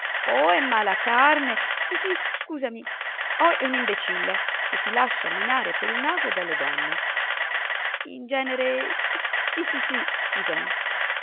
o è mala carne sì sì scusami o è un imbecille che si lascia menare per il naso dalle donne in genere sì sì scusami